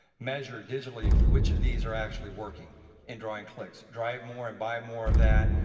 measure digitally which of these are actually working and drawing clicks. drive more and buy more of that,